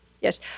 Yes